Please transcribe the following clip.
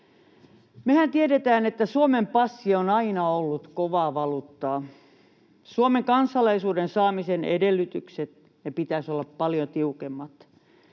Mehän tiedetään, että Suomen passi on aina ollut kovaa valuuttaa. Suomen kansalaisuuden saamisen edellytykset pitäisi olla paljon tiukemmat.